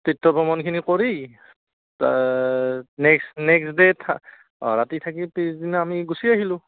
তীৰ্থ ভ্ৰমণখিনি কৰি তা নেক্সট নেক্সট ডে'ত অঁ ৰাতি থাকি পিছদিনা আমি গুচি আহিলোঁ